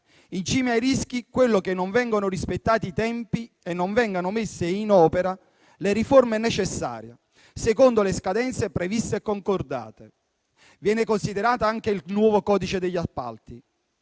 In cima ai rischi ci sono il mancato rispetto dei tempi e la mancata messa in opera delle riforme necessarie, secondo le scadenze previste e concordate. Viene considerato anche il nuovo codice degli appalti,